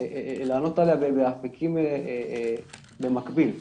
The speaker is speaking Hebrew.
לענות עליה באפיקים במקביל.